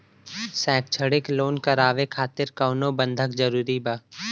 शैक्षणिक लोन करावे खातिर कउनो बंधक जरूरी बा?